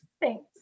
Thanks